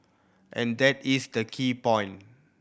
and that is the key point